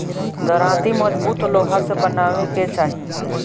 दराँती मजबूत लोहा से बनवावे के चाही